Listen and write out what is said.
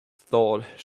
though